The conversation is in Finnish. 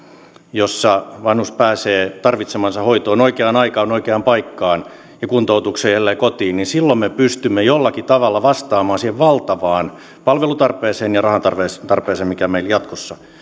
joissa vanhus pääsee tarvitsemaansa hoitoon oikeaan aikaan oikeaan paikkaan ja kuntoutukseen ja jälleen kotiin silloin me pystymme jollakin tavalla vastaamaan siihen valtavaan palvelutarpeeseen ja rahantarpeeseen mikä meillä jatkossa